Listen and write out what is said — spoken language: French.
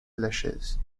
lachaise